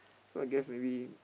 so I guess maybe